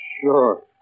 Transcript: Sure